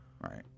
Right